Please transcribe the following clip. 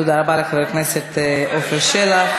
תודה רבה לחבר הכנסת עפר שלח.